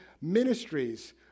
ministries